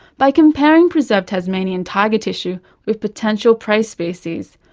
by comparing preserved tasmanian tiger tissue with potential prey species,